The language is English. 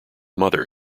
mother